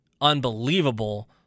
unbelievable